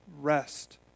rest